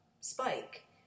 Spike